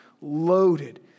loaded